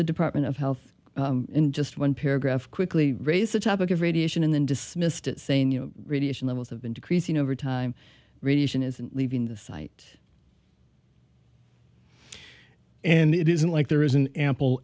the department of health in just one paragraph quickly raised the topic of radiation in the dismissed it saying you know radiation levels have been decreasing over time radiation isn't leaving the site and it isn't like there isn't ample